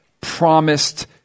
Promised